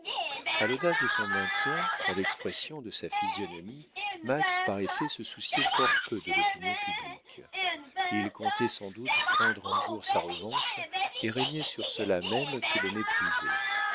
a l'audace de son maintien à l'expression de sa physionomie max paraissait se soucier fort peu de l'opinion publique il comptait sans doute prendre un jour sa revanche et régner sur ceux-là mêmes qui le méprisaient